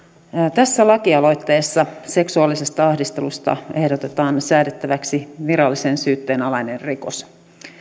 tässä lakialoitteessa seksuaalisesta ahdistelusta ehdotetaan säädettäväksi virallisen syytteen alainen rikos